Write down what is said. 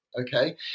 Okay